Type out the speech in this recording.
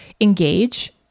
engage